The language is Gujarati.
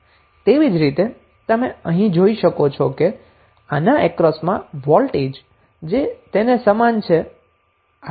તેવી જ રીતે તમે અહીં જોઈ શકો છો કે આના અક્રોસમાં વોલ્ટેજ જે તેને સમાન છે